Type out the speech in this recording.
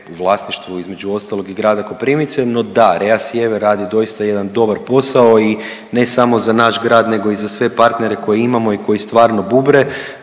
u vlasništvu između ostalog i grada Koprivnica, no da, REA sjever radi doista jedan dobar posao i ne samo za naš grad, nego i za sve partnere koje imamo i koji stvarno bubre